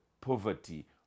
poverty